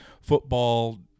football